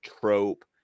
trope